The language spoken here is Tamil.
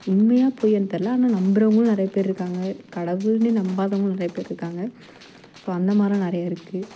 உண்மையா பொய்யான்னு தெர்யல ஆனால் நம்புகிறவங்களும் நிறையா பேர் இருக்காங்க கடவுள்ன்னு நம்பாதவங்களும் நிறையா பேர் இருக்காங்க ஸோ அந்தமாதிரிலாம் நிறையா இருக்குது